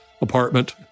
apartment